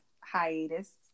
hiatus